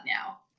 now